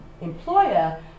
employer